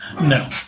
No